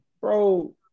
bro